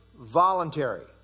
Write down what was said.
voluntary